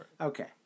Okay